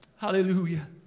Hallelujah